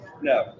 No